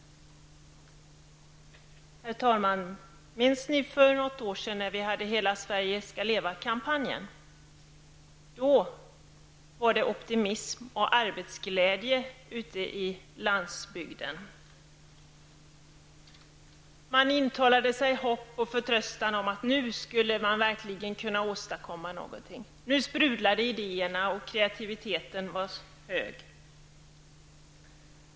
Herr talman! Minns ni kampanjen ''Hela Sverige skall leva'' för något år sedan? Då var det optimism och arbetsglädje ute på landsbygden. Man intalade sig hopp och förtröstan om att nu skulle man verkligen kunna åstadkomma någonting. Idéerna sprudlade och kreativiteten var stor.